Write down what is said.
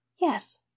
Yes